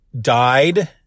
died